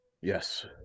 Yes